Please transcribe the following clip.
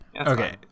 Okay